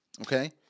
okay